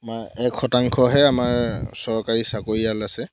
আমাৰ এক শতাংশহে আমাৰ চৰকাৰী চাকৰিয়াল আছে